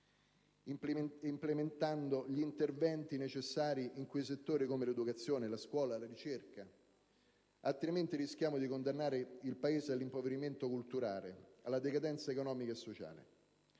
implementando gli interventi necessari in settori come l'educazione, la scuola e la ricerca: altrimenti, rischiamo di condannare il Paese all'impoverimento culturale e alla decadenza economica e sociale.